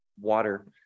water